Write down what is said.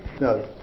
no